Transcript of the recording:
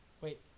Wait